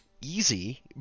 easy